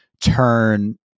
turn